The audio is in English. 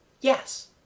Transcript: yes